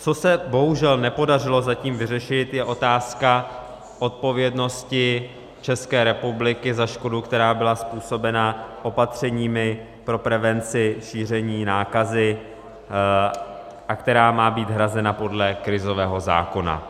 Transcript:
Co se bohužel nepodařilo zatím vyřešit, je otázka odpovědnosti České republiky za škodu, která byla způsobena opatřeními pro prevenci šíření nákazy a která má být hrazena podle krizového zákona.